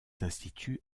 instituts